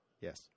Yes